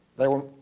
they would